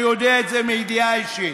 אני יודע את זה מידיעה אישית,